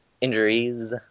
injuries